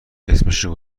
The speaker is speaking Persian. اسمشو